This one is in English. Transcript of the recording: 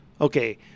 Okay